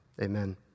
Amen